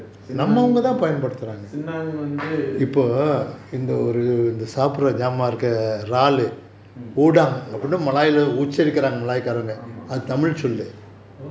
senang senang வந்து:vanthu mm udang ஆமா:aama uh